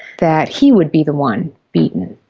that he would be the one beaten.